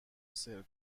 سرو